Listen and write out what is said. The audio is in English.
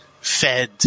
fed